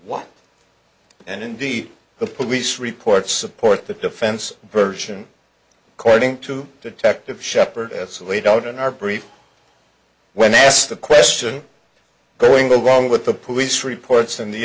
indeed the police report support the defense version according to detective shepard as laid out in our brief when asked the question going the wrong with the police reports and the